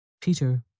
Peter